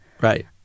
right